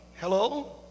Hello